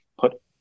put